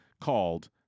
called